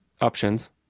options